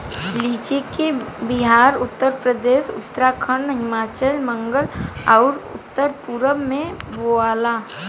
लीची के बिहार, उत्तरप्रदेश, उत्तराखंड, हिमाचल, बंगाल आउर उत्तर पूरब में बोआला